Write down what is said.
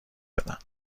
بدن